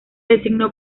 designó